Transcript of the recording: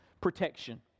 protection